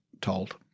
told